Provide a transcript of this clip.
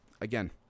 again